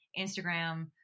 Instagram